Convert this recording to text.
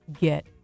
get